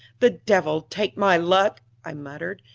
the devil take my luck! i muttered,